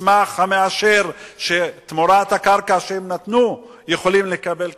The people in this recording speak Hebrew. מסמך שמאשר שתמורת הקרקע שהם נתנו הם יכולים לקבל קרקע,